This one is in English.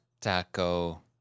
taco